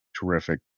terrific